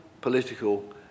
political